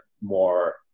more